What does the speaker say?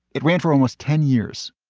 it ran for almost ten years.